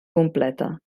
completa